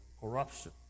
Corruption